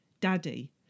Daddy